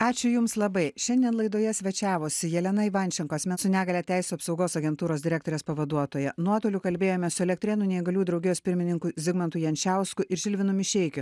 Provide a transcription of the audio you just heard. ačiū jums labai šiandien laidoje svečiavosi jelena ivančenko asmens su negalia teisių apsaugos agentūros direktorės pavaduotoja nuotoliu kalbėjome su elektrėnų neįgaliųjų draugijos pirmininku zigmantu jančiausku ir žilvinu mišeikiu